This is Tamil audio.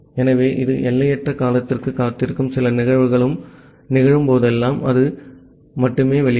ஆகவே இது எல்லையற்ற காலத்திற்கு காத்திருக்கும் சில நிகழ்வுகள் நிகழும் போதெல்லாம் அது மட்டுமே வெளிவரும்